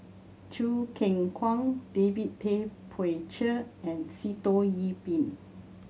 Choo Keng Kwang David Tay Poey Cher and Sitoh Yih Pin